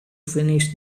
finish